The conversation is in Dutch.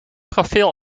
profiel